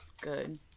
Good